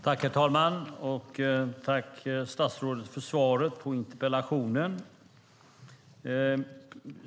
Herr talman! Tack, statsrådet, för svaret på interpellationen!